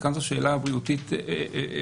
וכאן זו שאלה בריאותית מובהקת,